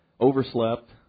overslept